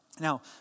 Now